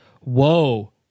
whoa